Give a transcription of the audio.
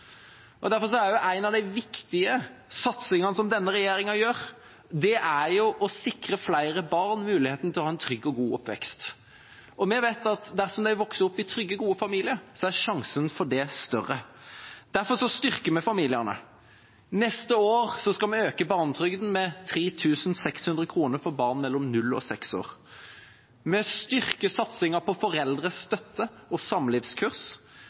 lokalsamfunnene. Derfor er en av de viktige satsingene som denne regjeringa gjør, å sikre flere barn mulighet til å ha en trygg og god oppvekst. Vi vet at dersom de vokser opp i trygge, gode familier, er sjansen for det større. Derfor styrker vi familiene. Neste år skal vi øke barnetrygden med 3 600 kr for barn mellom 0 og 6 år. Vi styrker satsingen på foreldrestøtte og samlivskurs,